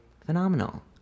phenomenal